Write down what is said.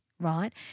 Right